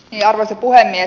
arvoisa puhemies